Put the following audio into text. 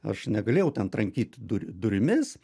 aš negalėjau ten trankyt du durimis